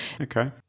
Okay